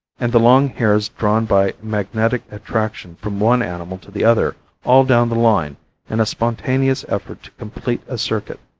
and the long hairs drawn by magnetic attraction from one animal to the other all down the line in a spontaneous effort to complete a circuit.